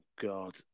god